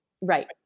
right